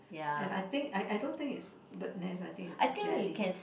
and I think I I don't think is bird nest I think is jelly